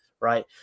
Right